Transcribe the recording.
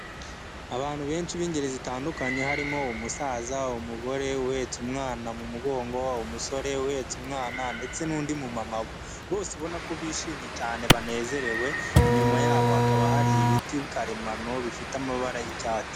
Abantu benshi b'ingeri zitandukanye harimo umusaza, umugore uhetse umwana mu mugongo, umusore uhetse umwana ndetse n'undi mumama bose ubona ko bishimye cyane banezerewe, inyuma yabo hakaba hari ibiti karemano bifite amabara y'icyatsi.